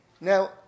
Now